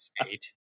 state